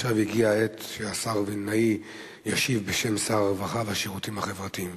עכשיו הגיעה העת שהשר וילנאי ישיב בשם שר הרווחה והשירותים החברתיים,